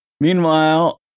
meanwhile